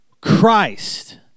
Christ